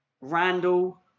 Randall